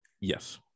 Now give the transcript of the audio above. Yes